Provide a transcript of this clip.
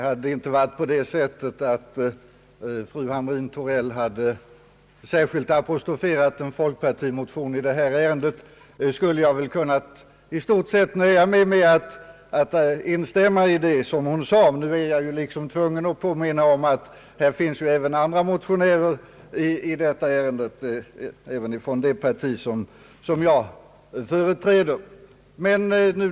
Herr talman! Om inte fru Hamrin Thorell hade särskilt apostroferat en folkpartimotion i detta ärende, skulle jag i stort sett ha kunnat nöja mig med att instämma i vad hon sade. Nu är jag tvungen att påminna om att det finns motionärer i ärendet även från det parti jag företräder.